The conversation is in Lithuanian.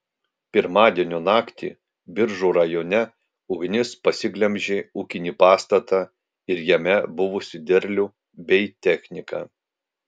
pirmadienio naktį biržų rajone ugnis pasiglemžė ūkinį pastatą ir jame buvusį derlių bei techniką